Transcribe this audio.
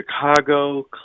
Chicago